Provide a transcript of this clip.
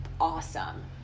awesome